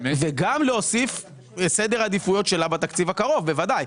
וגם להוסיף סדר עדיפויות שלה בתקציב הקרוב בוודאי.